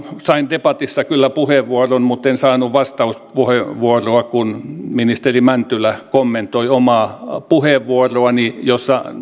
sain debatissa kyllä puheenvuoron mutta en saanut vastauspuheenvuoroa kun ministeri mäntylä kommentoi omaa puheenvuoroani jossa